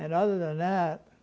and other than that